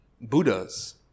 Buddhas